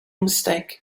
mistake